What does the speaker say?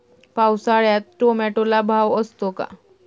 पावसाळ्यात टोमॅटोला भाव असतो का?